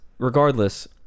Regardless